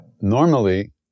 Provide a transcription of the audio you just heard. Normally